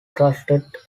trusted